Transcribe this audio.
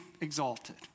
exalted